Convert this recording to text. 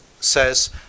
says